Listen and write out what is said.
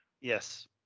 Yes